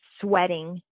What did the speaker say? sweating